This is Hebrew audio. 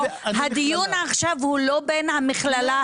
הדיון עכשיו הוא לא בין המכללה,